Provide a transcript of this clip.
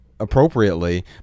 appropriately